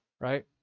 Right